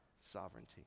sovereignty